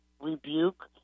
rebuke